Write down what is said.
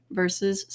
versus